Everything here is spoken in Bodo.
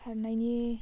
खारनायनि